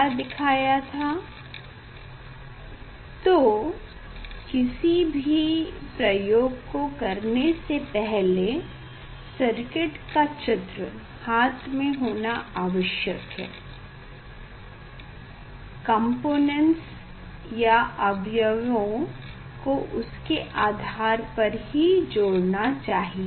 जो अभी दिखाया था तो किसी भी प्रयोग को करने से पहले सर्किट का चित्र हाथ में होना आवश्यक है तब हमें सारे अव्यवों कोम्पोनेंट्स को उसके आधार पर जोड़ना चाहिए